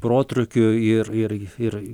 protrūkių ir ir ir